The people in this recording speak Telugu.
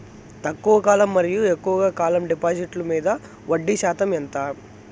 తక్కువ కాలం మరియు ఎక్కువగా కాలం డిపాజిట్లు మీద వడ్డీ శాతం ఎంత?